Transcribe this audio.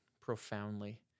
profoundly